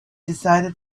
decided